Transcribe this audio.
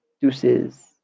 Deuces